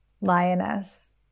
lioness